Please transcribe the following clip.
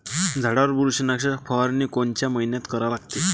झाडावर बुरशीनाशक फवारनी कोनच्या मइन्यात करा लागते?